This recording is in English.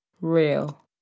real